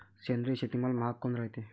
सेंद्रिय शेतीमाल महाग काऊन रायते?